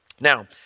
Now